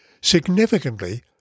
Significantly